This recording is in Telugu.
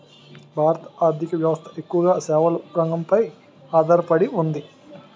భారత ఆర్ధిక వ్యవస్థ ఎక్కువగా సేవల రంగంపై ఆధార పడి ఉంది